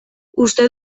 uste